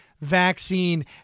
vaccine